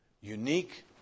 Unique